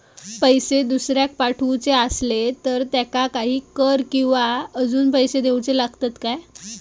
पैशे दुसऱ्याक पाठवूचे आसले तर त्याका काही कर किवा अजून पैशे देऊचे लागतत काय?